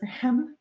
Instagram